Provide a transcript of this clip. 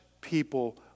people